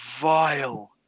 Vile